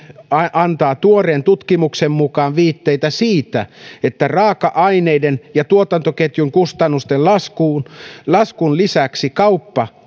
antaa tuoreen tutkimuksen mukaan viitteitä siitä että raaka aineiden ja tuotantoketjun kustannusten laskun lisäksi kauppa